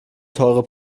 teure